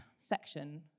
section